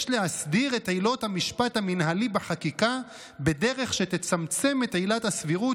יש להסדיר את עילות המשפט המינהלי בחקיקה בדרך שתצמצם את עילת הסבירות,